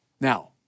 Now